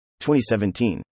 2017